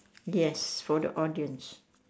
yes for the audience